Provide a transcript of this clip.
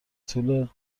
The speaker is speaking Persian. طول